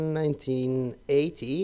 1980